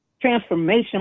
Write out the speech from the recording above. Transformation